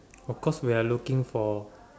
of course we are looking for